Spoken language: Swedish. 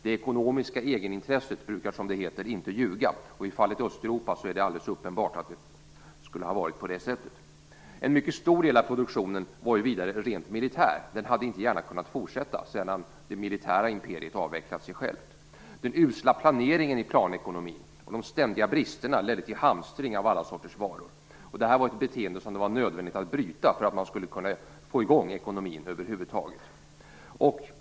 Det ekonomiska egenintresset brukar, som det heter, inte ljuga, och i fallet Östeuropa är det alldeles uppenbart att det skulle ha varit på det sättet. En mycket stor del av produktionen var vidare rent militär. Den hade inte gärna kunnat fortsätta sedan det militära imperiet hade avvecklat sig självt. Den usla planeringen i planekonomin och de ständiga bristerna ledde till hamstring av alla sorters varor. Det var ett beteende som det var nödvändigt att bryta, för att man skulle kunna få i gång ekonomin över huvud taget.